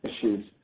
issues